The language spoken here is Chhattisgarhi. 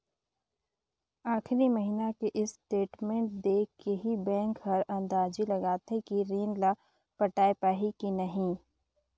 आखरी महिना के स्टेटमेंट देख के ही बैंक हर अंदाजी लगाथे कि रीन ल पटाय पाही की नही